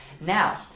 Now